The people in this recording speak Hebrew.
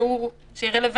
שהוא יוצא לרחוב,